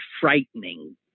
frightening